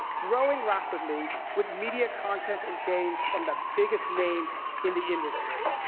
growing rapidly, with media content and games from the biggest names in the industry.